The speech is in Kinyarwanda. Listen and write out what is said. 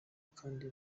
kandi